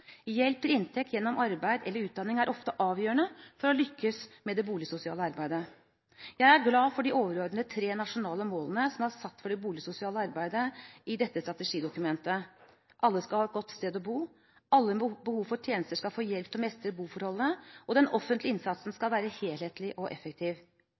Hjelp til inntekt gjennom arbeid eller utdanning er ofte avgjørende for å lykkes med det boligsosiale arbeidet. Jeg er glad for de tre overordnede nasjonale målene som er satt for det boligsosiale arbeidet i strategidokumentet: Alle skal ha et godt sted å bo. Alle med behov for tjenester skal få hjelp til å mestre boforholdene. Den offentlige innsatsen skal være helhetlig og effektiv.